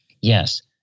Yes